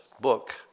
book